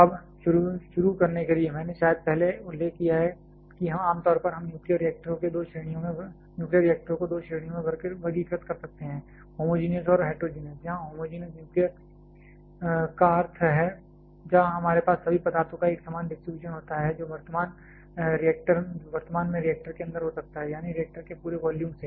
अब शुरू करने के लिए मैंने शायद पहले उल्लेख किया है कि आम तौर पर हम न्यूक्लियर रिएक्टरों को दो श्रेणियों में वर्गीकृत कर सकते हैं होमोजीनियस और हेट्रोजीनियस जहां होमोजेनियस न्यूक्लियर का अर्थ है जहां हमारे पास सभी पदार्थों का एक समान डिस्ट्रीब्यूशन होता है जो वर्तमान में रिएक्टर के अंदर हो सकता है यानी रिएक्टर के पूरे वॉल्यूम से